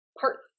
parts